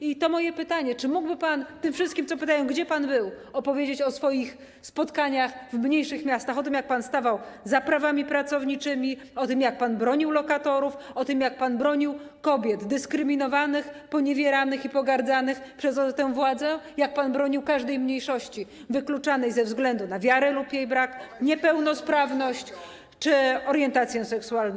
I to jest moje pytanie: Czy mógłby pan tym wszystkim, którzy pytają, gdzie pan był, opowiedzieć o swoich spotkaniach w mniejszych miastach, o tym, jak pan stawał za prawami pracowniczymi, o tym, jak pan bronił lokatorów, o tym, jak pan bronił kobiet dyskryminowanych, poniewieranych i pogardzanych przez tę władzę, jak pan bronił każdej mniejszości wykluczanej ze względu na wiarę lub jej brak, niepełnosprawność czy orientację seksualną?